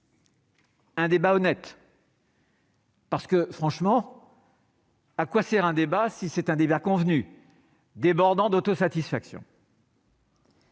Un débat honnête. Parce que franchement. à quoi sert un débat si c'est un débat convenu débordant d'autosatisfaction.